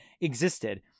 existed